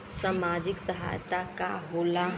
सामाजिक सहायता का होला?